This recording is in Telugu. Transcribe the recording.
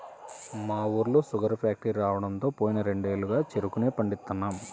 మా ఊళ్ళో శుగర్ ఫాక్టరీ రాడంతో పోయిన రెండేళ్లుగా చెరుకునే పండిత్తన్నాం